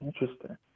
Interesting